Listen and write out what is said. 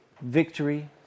victory